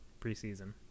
Preseason